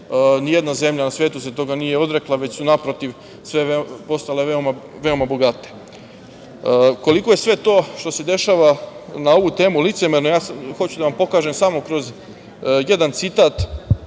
nijedna zemlja na svetu toga se nije odrekla, već su naprotiv, sve postale veoma bogate. Koliko je sve to što se dešava na ovu temu licemerno, ja sada hoću da vam pokažem samo kroz jedan citat,